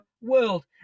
world